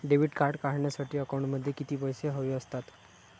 Debit card काढण्यासाठी अकाउंटमध्ये किती पैसे हवे असतात?